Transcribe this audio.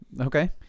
Okay